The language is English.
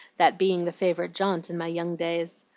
that being the favorite jaunt in my young days.